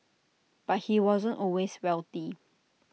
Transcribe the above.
but he wasn't always wealthy